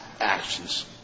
actions